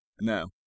No